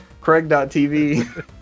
Craig.TV